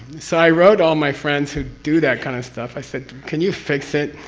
so i wrote all my friends who do that kind of stuff. i said, can you fix it?